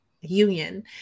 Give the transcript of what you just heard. union